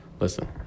listen